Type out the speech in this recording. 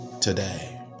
today